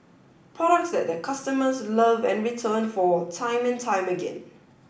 products that their customers love and return for time and time again